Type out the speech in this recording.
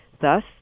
thus